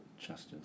justice